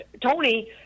Tony